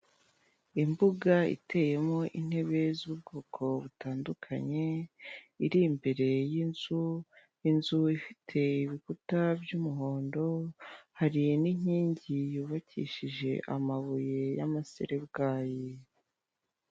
Imbuga iteyemo intebe z'ubwoko butandukanye iri imbere y'inzu ifite ibikuta by'umuhondo hari n'inkingi yubakishije amabuye y'amasarabwayi .